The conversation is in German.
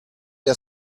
der